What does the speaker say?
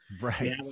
Right